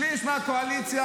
שליש מהקואליציה